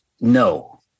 no